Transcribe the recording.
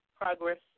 progress